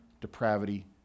depravity